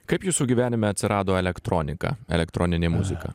kaip jūsų gyvenime atsirado elektronika elektroninė muzika